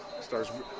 Starts